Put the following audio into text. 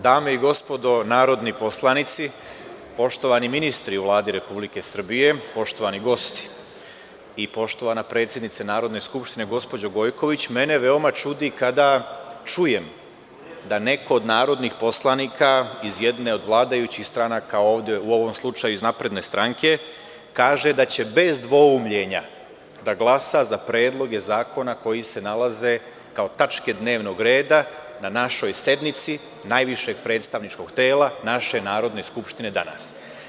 Dame i gospodo narodni poslanici, poštovani ministri u Vladi Republike Srbije, poštovani gosti i poštovana predsednice Narodne skupštine gospođo Gojković, mene veoma čudi kada čujem da neko od narodnih poslanika iz jedne od vladajućih stranaka ovde, u ovom slučaju iz Napredne stranke, kaže da će bez dvoumljenja da glasa za predloge zakona koji se nalaze kao tačke dnevnog reda na našoj sednici, najvišeg predstavničkog tela, naše Narodne skupštine danas.